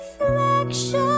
reflection